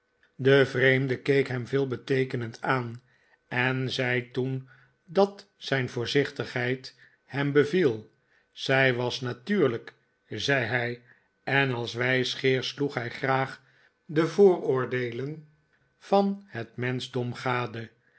de vreemde keek hem veelbeteekenend aan en zei toen dat zijn voorzichtigheid hem beviel zij was hatuurlijk zei hij en als wijsgeer sloeg hij graag de vooroordeelen van het menschdorri gade